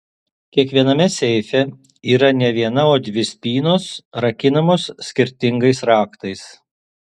kiekviename seife yra ne viena o dvi spynos rakinamos skirtingais raktais